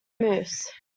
mousse